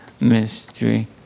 mystery